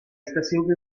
estación